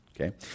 Okay